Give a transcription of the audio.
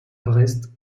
brest